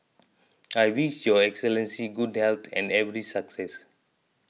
I wish Your Excellency good health and every success